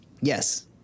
Yes